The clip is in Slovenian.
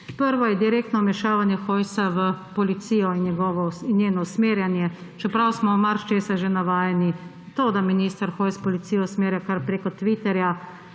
Prvo je direktno vmešavanje Hojsa v policijo in njeno usmerjanje. Čeprav smo marsičesa že navajeni, to da minister Hojs policijo usmerja kar preko Twitterja,